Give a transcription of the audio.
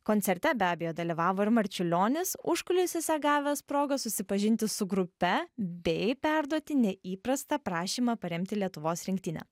koncerte be abejo dalyvavo ir marčiulionis užkulisiuose gavęs progą susipažinti su grupe bei perduoti neįprastą prašymą paremti lietuvos rinktinę